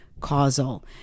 causal